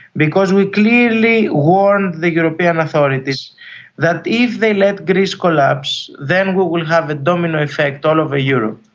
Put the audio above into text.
because we clearly warned the european authorities that if they let greece collapse then will will have a domino effect all over europe.